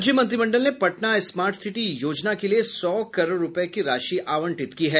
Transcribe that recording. राज्य मंत्रिमंडल ने पटना स्मार्ट सिटी योजना के लिये सौ करोड़ रूपये की राशि आवंटित की है